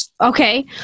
Okay